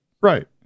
right